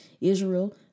Israel